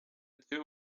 two